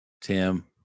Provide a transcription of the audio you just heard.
Tim